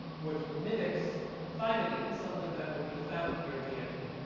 which mimics thymidine, something that would be found in your dna,